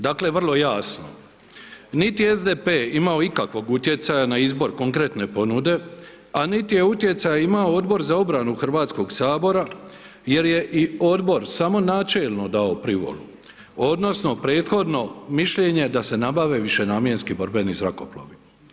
Dakle vrlo jasno, nit je SDP imao ikakvog utjecaja na izbor konkretne ponude a nit je utjecaj imao Odbor za obranu Hrvatskog sabora jer je i odbor samo načelno dao privolu odnosno prethodno mišljenje da se nabave višenamjenski borbeni zrakoplovi.